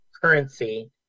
Currency